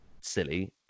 silly